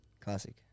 classic